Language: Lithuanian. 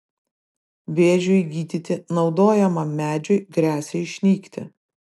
vėžiui gydyti naudojamam medžiui gresia išnykti